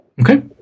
Okay